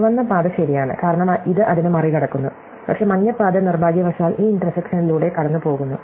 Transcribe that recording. ചുവന്ന പാത ശരിയാണ് കാരണം ഇത് അതിനെ മറികടക്കുന്നു പക്ഷേ മഞ്ഞ പാത നിർഭാഗ്യവശാൽ ഈ ഇന്റർസെക്ഷനിലുടെ കടന്നുപോകുന്നു